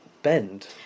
bend